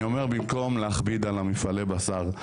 במקום להכביד על מפעלי בשר,